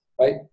right